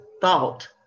thought